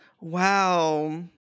Wow